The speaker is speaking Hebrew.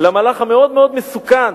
המאוד-מאוד מסוכן